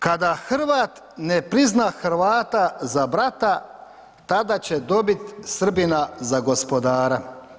Kada Hrvat ne prizna Hrvata za brata, tada će dobit Srbina za gospodara.